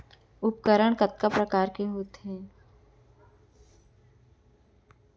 उपकरण कतका प्रकार के होथे?